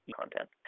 content